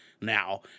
now